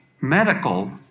medical